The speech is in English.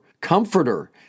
comforter